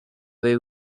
they